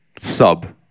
sub